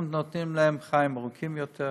אנחנו נותנים להם חיים ארוכים יותר.